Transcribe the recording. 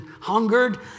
hungered